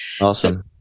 Awesome